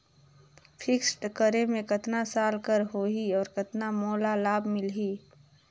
Fixed करे मे कतना साल कर हो ही और कतना मोला लाभ मिल ही?